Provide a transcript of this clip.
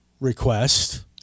request